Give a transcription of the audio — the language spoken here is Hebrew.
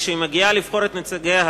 כשהיא מגיעה לבחור את נציגיה